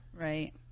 Right